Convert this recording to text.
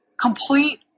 complete